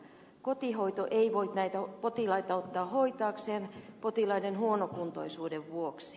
kotihoito ei voi näitä potilaita ottaa hoitaakseen potilaiden huonokuntoisuuden vuoksi